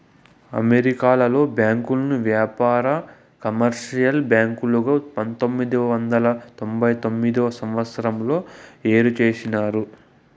అమెరికాలో బ్యాంకుల్ని వ్యాపార, కమర్షియల్ బ్యాంకులుగా పంతొమ్మిది వందల తొంభై తొమ్మిదవ సంవచ్చరంలో ఏరు చేసినారు